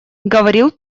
говорил